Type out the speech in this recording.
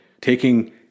taking